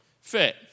fit